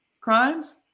crimes